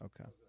Okay